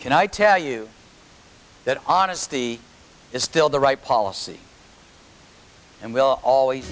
can i tell you that honesty is still the right policy and will always